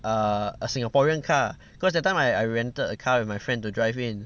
err a singaporean car cause that time I I rented a car with my friend to drive in